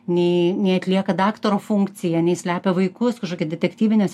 nei nei atlieka daktaro funkciją nei slepia vaikus kažkokia detektyvinės